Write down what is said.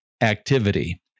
activity